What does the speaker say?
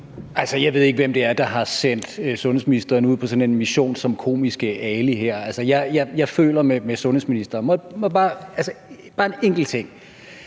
jeg ved ikke, hvem det er, der har sendt sundhedsministeren ud på en mission som Komiske Ali. Jeg føler med sundhedsministeren. Jeg vil bare